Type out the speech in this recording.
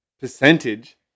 Percentage